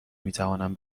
میتوانم